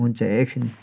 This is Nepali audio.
हुन्छ एकछिन